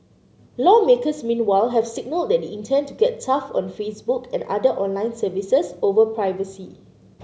lawmakers meanwhile have signalled that intend to get tough on Facebook and other online services over privacy